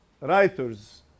writers